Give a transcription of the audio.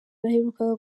waherukaga